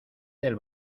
del